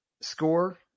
score